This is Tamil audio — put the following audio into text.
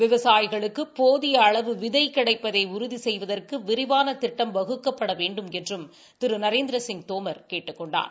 விவசாயிகளுக்கு போதிய அளவு விதை கிடைப்பதை உறுதி செய்வதற்கு விரிவான திட்டம் வகுக்கப்பட வேண்டுமென்றும் திரு நரேந்திரசிங் தோமர் கேட்டுக் கொண்டார்